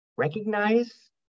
Recognize